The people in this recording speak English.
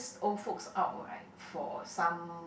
old folks out right for some